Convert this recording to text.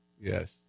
Yes